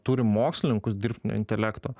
turi mokslininkus dirbtinio intelekto